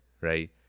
right